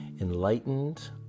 Enlightened